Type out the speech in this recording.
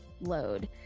load